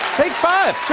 take five.